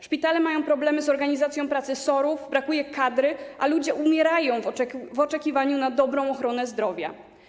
Szpitale mają problemy z organizacją pracy SOR-ów, brakuje kadry, a ludzie umierają w oczekiwaniu na dobrą ochronę zdrowia.